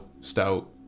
stout